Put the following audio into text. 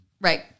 Right